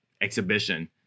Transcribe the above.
exhibition